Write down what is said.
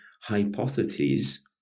hypotheses